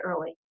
early